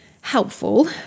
helpful